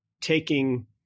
taking